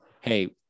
Hey